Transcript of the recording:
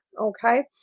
okay